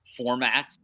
formats